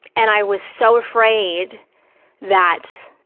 and i was so afraid that